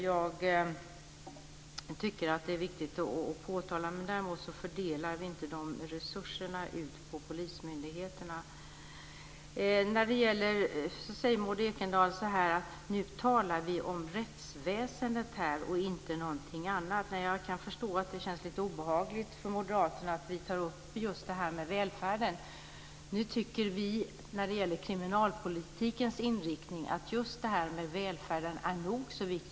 Jag tycker att det är viktigt att påtala det. Däremot fördelar vi inte resurserna ut på polismyndigheterna. Maud Ekendahl säger att vi nu talar om rättsväsendet och inte om någonting annat. Jag kan förstå att det känns lite obehagligt för moderaterna att vi tar upp just det här med välfärden. När det gäller kriminalpolitikens inriktning tycker vi just att det här med välfärden är nog så viktigt.